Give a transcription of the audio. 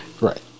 Right